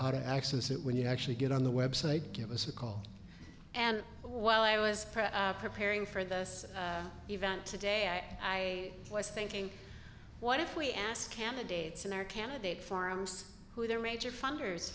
how to access it when you actually get on the website give us a call and while i was preparing for this event today i was thinking what if we asked candidates in their candidate forums who their major funders